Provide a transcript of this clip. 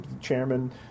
chairman